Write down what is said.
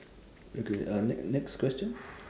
okay uh ne~ next question